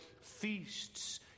feasts